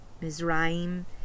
Mizraim